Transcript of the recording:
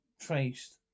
traced